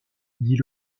dit